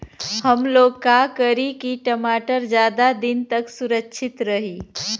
हमलोग का करी की टमाटर ज्यादा दिन तक सुरक्षित रही?